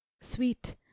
sweet